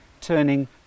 turning